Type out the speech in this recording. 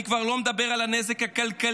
אני כבר לא מדבר על הנזק הכלכלי,